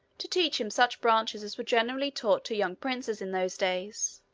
to teach him such branches as were generally taught to young princes in those days.